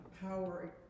power